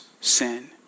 sin